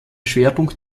schwerpunkt